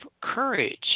courage